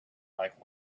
like